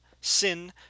Sin